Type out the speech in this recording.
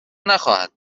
نخواهد